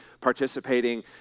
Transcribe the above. participating